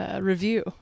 Review